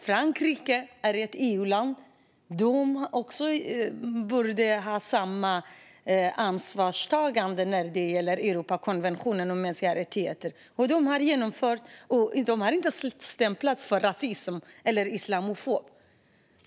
Frankrike är ett EU-land, och de borde ha samma ansvarstagande när det gäller Europakonventionen om mänskliga rättigheter. Men Frankrike har genomfört detta, och de har inte stämplats för rasism eller islamofobi.